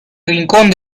rincón